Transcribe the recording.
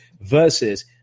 versus